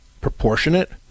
proportionate